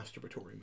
masturbatory